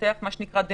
להתפתח גם כאן.